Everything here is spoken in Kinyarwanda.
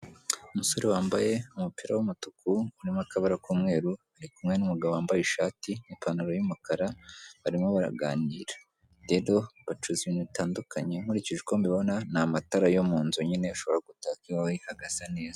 Umusore wambaye umupira w'umutuku urimo akabara k'umweru ari kumwe n'umugabo wambaye ishati n'ipantaro y'umukara barimo baraganira. Rero bacuruza ibintu bitandukanye nkurikije uko mbibona, ni amatara yo mu nzu nyine ashobora gutaka iwawe hagasa neza.